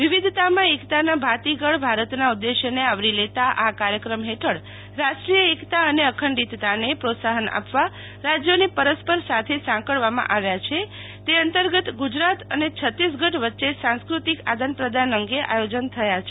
વિવિધતામાં એકતાના ભાતીગળ ભારતના ઉદ્દેશ્યને આવરી લેતા આ કાર્યક્રમ હેઠળ રાષ્ટ્રીય એકતા અને અખંડીતતાને પ્રોત્સાફન આપવા રાજ્યોને પરસ્પર સાથે સાંકળવામાં આવ્યાં છે તે અંતર્ગત ગુજરાત અને છત્તીસગઢ વચ્ચે સાંસ્કૃતિક આદાનપ્રદાન અંગે આયોજન થયાં છે